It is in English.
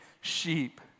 sheep